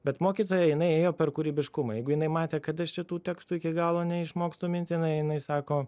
bet mokytoja jinai ėjo per kūrybiškumą jeigu jinai matė kad aš šitų tekstų iki galo neišmokstu mintinai jinai sako